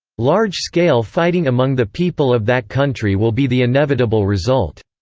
large-scale fighting among the people of that country will be the inevitable result.